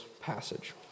passage